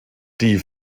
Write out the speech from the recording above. die